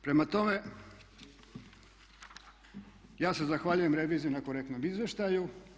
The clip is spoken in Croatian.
Prema tome, ja se zahvaljujem reviziji na korektnom izvještaju.